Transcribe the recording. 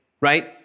right